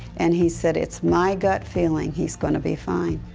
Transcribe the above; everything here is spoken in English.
and he said, it's my gut feeling he's going to be fine.